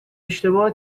اشتباه